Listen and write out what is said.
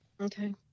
Okay